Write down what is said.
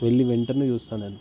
వెళ్ళి వెంటనే చూస్తాను నేను